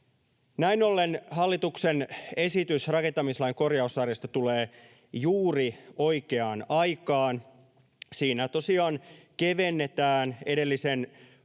Näin ollen hallituksen esitys rakentamislain korjaussarjasta tulee juuri oikeaan aikaan. Siinä tosiaan kevennetään edellisen